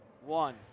One